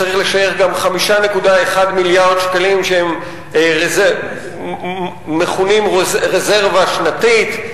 צריך לשייך גם 5.1 מיליארד שקלים שמכונים רזרבה שנתית,